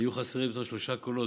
היו חסרים אתמול שלושה קולות,